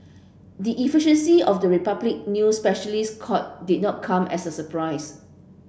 the efficiency of the Republic new specialist court did not come as a surprise